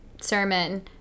sermon